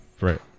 right